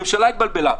הממשלה התבלבלה.